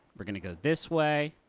we're gonna go this way.